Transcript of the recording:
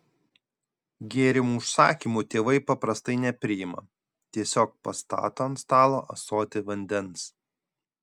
gėrimų užsakymų tėvai paprastai nepriima tiesiog pastato ant stalo ąsotį vandens